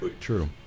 True